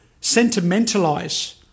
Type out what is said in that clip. Sentimentalize